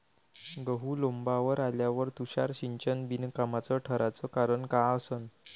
गहू लोम्बावर आल्यावर तुषार सिंचन बिनकामाचं ठराचं कारन का असन?